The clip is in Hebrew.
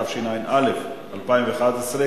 התשע"א 2011,